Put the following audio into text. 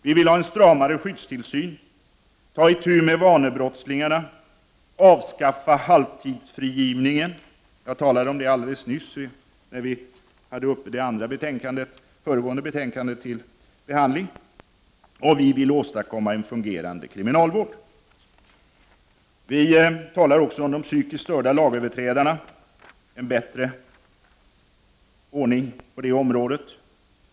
Vi vill ha en stramare skyddstillsyn, ta itu med vanebrottslingarna, avskaffa halvtidsfrigivningen — jag talade om det alldeles nyss i samband med behandlingen av det föregående betänkandet — och åstadkomma en fungerande kriminalvård. Vi talar också om behovet av en bättre ordning när det gäller de psykiskt störda lagöverträdarna.